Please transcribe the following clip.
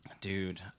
dude